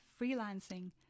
freelancing